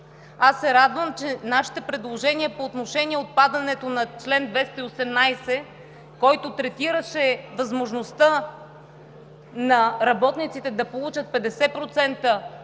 Аз се радвам, че нашите предложения по отношение отпадането на чл. 218, който третираше възможността на работниците да получат 50%